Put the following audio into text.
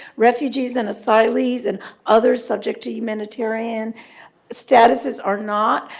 refugees, and asylees, and other subject to humanitarian statuses are not.